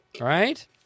right